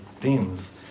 themes